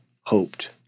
hoped